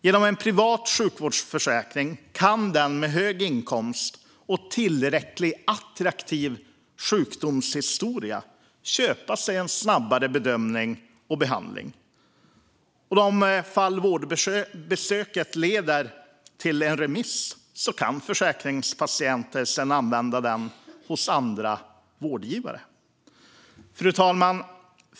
Genom en privat sjukvårdsförsäkring kan den med hög inkomst och tillräckligt attraktiv sjukdomshistoria köpa sig en snabbare bedömning och behandling. I de fall vårdbesöket leder till en remiss kan försäkringspatienten sedan använda den hos andra vårdgivare. Fru talman!